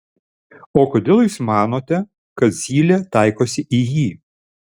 o kodėl jūs manote kad zylė taikosi į jį